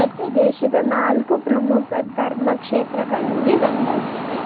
ಮತ್ತು ದೇಶದ ನಾಲ್ಕು ಪ್ರಮುಖ ಧರ್ಮಕ್ಷೇತ್ರಗಳಲ್ಲಿ ಒಂದಾಗಿದೆ